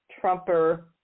Trumper